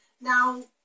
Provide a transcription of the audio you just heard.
now